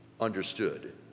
understood